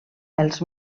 els